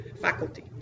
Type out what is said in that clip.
faculty